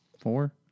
four